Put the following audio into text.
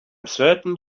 certain